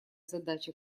задача